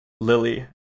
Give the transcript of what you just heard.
Lily